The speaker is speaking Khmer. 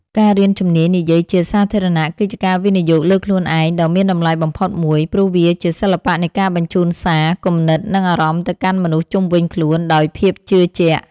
ការរៀនជំនាញនិយាយជាសាធារណៈ គឺជាការវិនិយោគលើខ្លួនឯងដ៏មានតម្លៃបំផុតមួយ ព្រោះវាជាសិល្បៈនៃការបញ្ជូនសារ គំនិត និងអារម្មណ៍ទៅកាន់មនុស្សជុំវិញខ្លួនដោយភាពជឿជាក់។